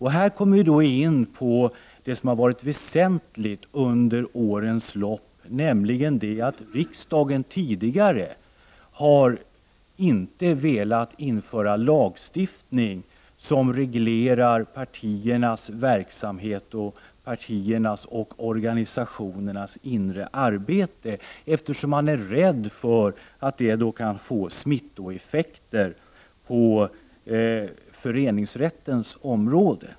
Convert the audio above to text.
Här kommer vi in på det som varit väsentligt under årens lopp, nämligen det att riksdagen tidigare inte har velat införa en lagstiftning som reglerar partiernas och organisationernas verksamhet och inre arbete. Man har varit rädd för att det skulle få smittoeffekter på föreningsrättens område.